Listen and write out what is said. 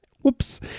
Whoops